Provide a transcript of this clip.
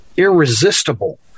irresistible